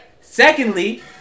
Secondly